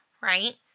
right